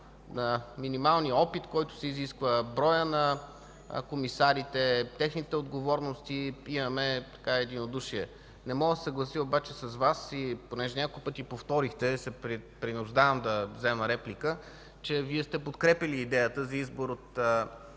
минималния опит, който се изисква, броя на комисарите, техните отговорности – имаме единодушие. Не мога да се съглася обаче с Вас и понеже няколко пъти повторихте, се принуждавам да взема реплика, че Вие сте подкрепяли идеята за избор от